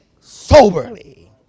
soberly